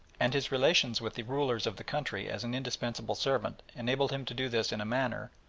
and his relations with the rulers of the country as an indispensable servant enabled him to do this in a manner,